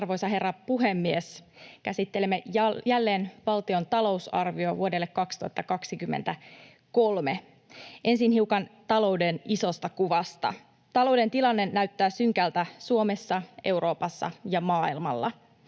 Arvoisa herra puhemies! Käsittelemme jälleen valtion talousarviota vuodelle 2023. Ensin hiukan talouden isosta kuvasta. Talouden tilanne näyttää synkältä Suomessa, Euroopassa ja maailmalla.